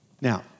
Now